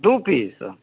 दू पीस